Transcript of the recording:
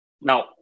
Now